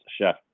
Chef